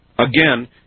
Again